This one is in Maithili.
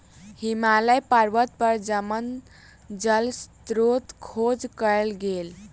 हिमालय पर्वत पर जमल जल स्त्रोतक खोज कयल गेल